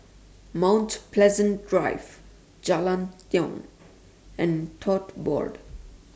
Mount Pleasant Drive Jalan Tiong and Tote Board